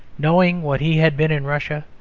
knowing what he had been in russia,